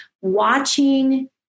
watching